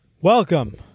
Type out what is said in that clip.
Welcome